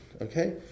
okay